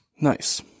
Nice